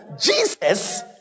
Jesus